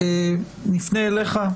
נפנה אליך,